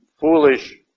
foolish